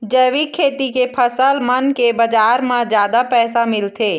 जैविक खेती के फसल मन के बाजार म जादा पैसा मिलथे